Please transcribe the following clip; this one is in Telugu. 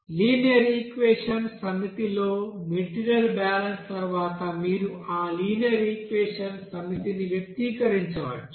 ఈ లినియర్ ఈక్వెషన్స్ సమితితో మెటీరియల్ బ్యాలెన్స్ తర్వాత మీరు ఆ లినియర్ ఈక్వెషన్స్ సమితిని వ్యక్తపరచవచ్చు